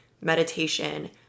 meditation